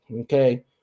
Okay